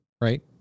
right